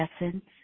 essence